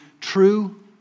true